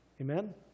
Amen